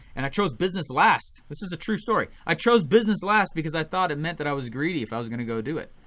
and chose business last. this is a true story. i chose business last because i thought it meant that i was greedy if i was gonna go do it.